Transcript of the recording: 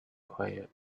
quiet